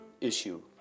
issue